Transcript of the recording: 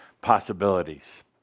possibilities